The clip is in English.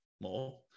more